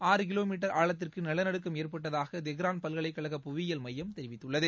ஆறு kilometre ஆழத்திற்கு நிலநடுக்கம் ஏற்பட்டதாக தெஹ்ரான் பல்கலைக்கழக புவியியல் மையம் தெரிவித்துள்ளது